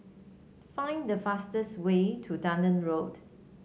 find the fastest way to Dunearn Road